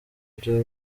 bya